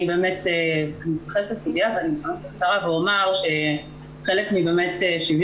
אני אתייחס לסוגיה ואני אומר שחלק משוויון